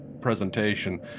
presentation